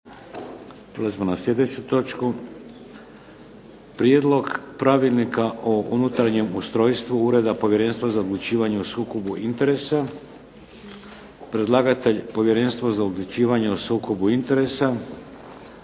Prijedlog pravilnika o unutarnjem ustrojstvu Ureda Povjerenstva za odlučivanje o sukobu interesa Predlagatelj: Povjerenstvo za odlučivanje o sukobu interesa